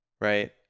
right